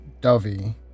Dovey